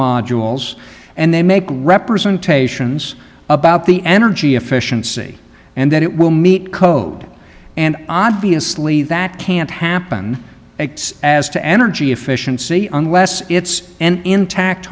modules and they make representations about the energy efficiency and that it will meet code and obviously that can't happen as to energy efficiency unless it's an intact